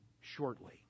shortly